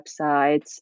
websites